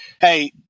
hey